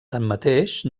tanmateix